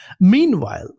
Meanwhile